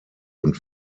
und